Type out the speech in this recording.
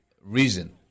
reason